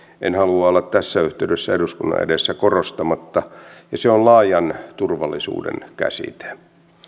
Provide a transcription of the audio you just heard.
en halua olla tässä yhteydessä eduskunnan edessä korostamatta ja se on laajan turvallisuuden käsite